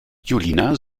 julina